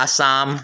Assam